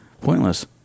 pointless